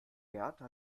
berta